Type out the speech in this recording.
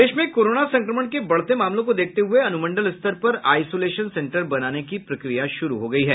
प्रदेश में कोरोना संक्रमण के बढ़ते मामलों को देखते हये अनुमंडल स्तर पर आईसोलेशन सेन्टर बनाने की प्रक्रिया शुरू हो गयी है